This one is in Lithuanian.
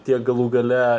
tiek galų gale